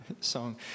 song